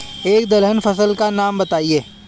एक दलहन फसल का नाम बताइये